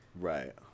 Right